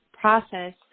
process